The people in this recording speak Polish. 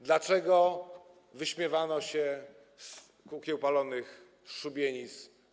Dlaczego wyśmiewano się z kukieł palonych, z szubienic?